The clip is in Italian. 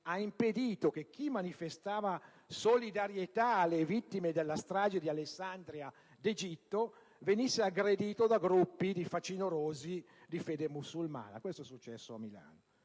ha impedito che chi manifestava solidarietà alle vittime della strage di Alessandria d'Egitto venisse aggredito da gruppi di facinorosi di fede musulmana (sottolineo